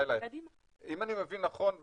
אם אני מבין נכון,